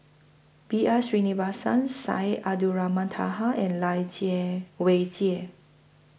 B R Sreenivasan Syed Abdulrahman Taha and Lai Jie Weijie